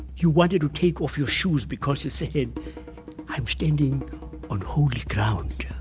you wanted to take off your shoes because you said, i'm standing on holy ground.